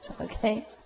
okay